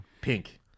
Pink